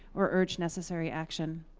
or urge necessary action.